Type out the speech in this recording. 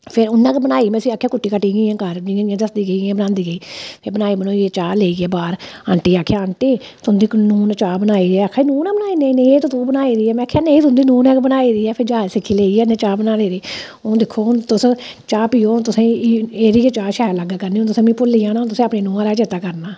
फिर उ'न्नै गै बनाई में उस्सी आखेआ कुट्टी कट्टियै इ'यां इ'यां कर जि'यां जि'यां दसदी गेई इ'आं इ'आं बनांदी गेई बनाई बनूइयै चाह् लेइयै बाह्र आंटी गी आखेआ आंटी तुं'दी नूंह ने चाह् बनाई ऐ आक्खा दी नूंह् ने बनाई नेईं नेईं एह् ते तू बनाई दी ऐ में आखेआ नेईं तुं'दी नूंह् ने गै बनाई दी ऐ फिर जाच सिक्खी लेई ऐ इ'न्नै चाह् बनाने दी हून दिक्खो हून तुस चाह् पीओ हून तुसेंई इ'यै एह्दी गै चाह् शैल लग्गा करनी ऐ हून तुसें मी भुल्ली जाना ऐ तुसें अपनी नूंहा दा गै चेता करना